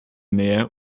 nähe